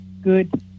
Good